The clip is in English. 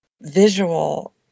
visual